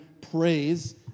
praise